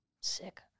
Sick